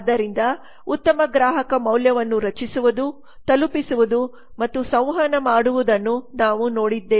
ಆದ್ದರಿಂದ ಉತ್ತಮ ಗ್ರಾಹಕ ಮೌಲ್ಯವನ್ನು ರಚಿಸುವುದು ತಲುಪಿಸುವುದು ಮತ್ತು ಸಂವಹನ ಮಾಡುವುದನ್ನು ನಾವು ನೋಡಿದ್ದೇ